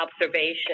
observation